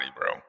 bro